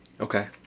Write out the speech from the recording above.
Okay